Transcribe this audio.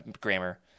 grammar